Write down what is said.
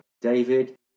David